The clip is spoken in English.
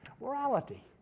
morality